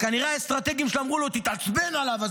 וכנראה האסטרטגיים שלו אמרו לו: תתעצבן עליו,